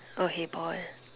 okay ball